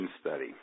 study